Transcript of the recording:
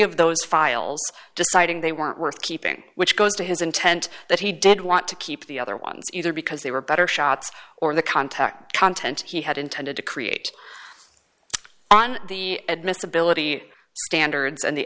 of those files deciding they weren't worth keeping which goes to his intent that he did want to keep the other ones either because they were better shots or the contact content he had intended to create on the admissibility standards and the